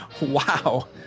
Wow